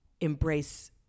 embrace